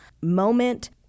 moment